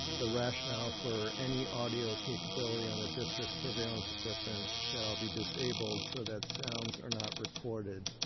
the rationale for any audio capability on the district surveillance equipment shall be disabled so that sounds are not recorded.